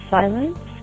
silence